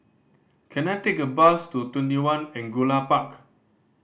can I take a bus to TwentyOne Angullia Park